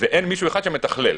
ואין מישהו אחד שמתכלל.